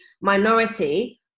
minority